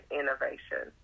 innovation